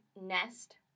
Nest